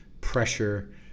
pressure